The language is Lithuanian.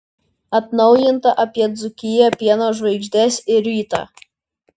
atnaujinta apie dzūkiją pieno žvaigždes ir rytą